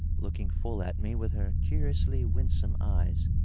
looking full at me with her curiously winsome eyes.